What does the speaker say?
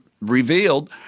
revealed